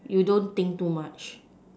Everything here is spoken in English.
you don't think too much